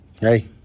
Hey